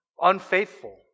unfaithful